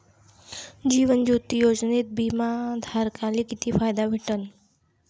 जीवन ज्योती योजनेत बिमा धारकाले किती फायदा भेटन?